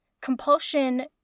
Compulsion